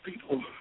people